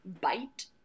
bite